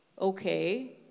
Okay